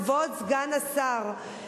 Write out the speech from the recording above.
כבוד סגן השר,